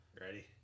ready